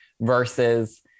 versus